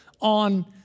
on